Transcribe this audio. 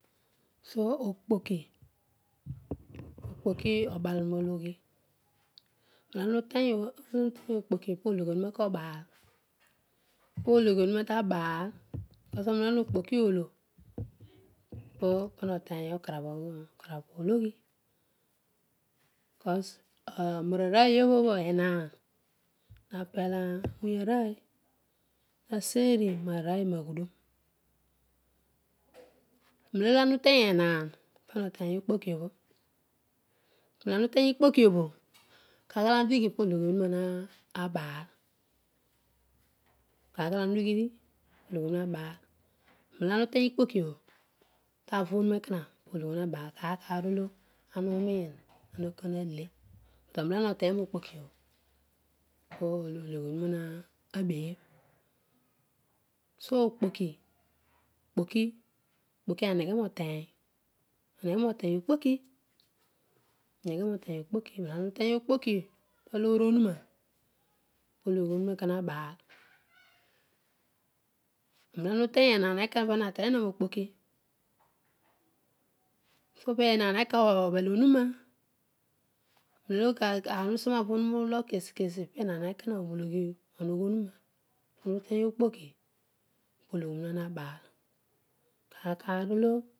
So okpoki okpoki obaalnolo iba ana uteny okpoki pologno onuna obaal ibha ana okpoki olo po pana oteny oka rab ologhi cus enaranooy obhobho enaan napel awony enooy nabeii narooy na ghudun nenolo oma utena naar pana oteny okpokiobho munolo ana uteny okpokiobho kaar kaar olo ana udigho no ologhi onuroa na baal so okpoki okpoki okpoki eneghe mo tenyi eneghe moteny okpoki ibha ong ubeghe mavonuroa mogh kesi kesi penaan ekoha obhulughi onogho onuna ana uteny okpoki po ologhi onuna nabaal kaar olo